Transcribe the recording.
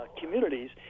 communities